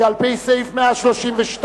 שעל-פי סעיף 132,